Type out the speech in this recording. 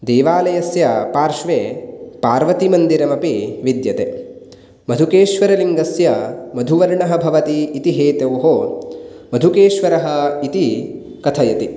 देवालयस्य पार्श्वे पार्वतीमन्दिरमपि विद्यते मधुकेश्वरलिङ्गस्य मधुवर्णः भवती इति हेतोः मधुकेश्वरः इति कथयति